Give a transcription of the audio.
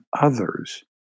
others